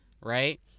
right